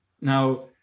Now